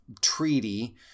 treaty